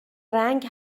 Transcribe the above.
رنگ